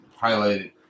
highlighted